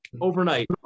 overnight